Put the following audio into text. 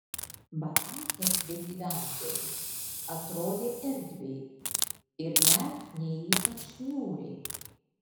barakas be gyventojų atrodė erdviai ir net ne ypač niūriai